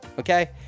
Okay